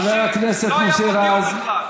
חבר הכנסת מוסי רז.